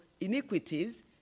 iniquities